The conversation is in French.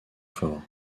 fort